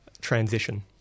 transition